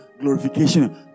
Glorification